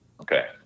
Okay